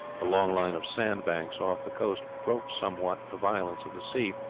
the long line of sandbanks off the coast broke somewhat the violence of the sea,